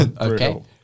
Okay